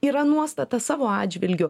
yra nuostata savo atžvilgiu